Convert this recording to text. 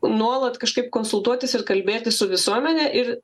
nuolat kažkaip konsultuotis ir kalbėtis su visuomene ir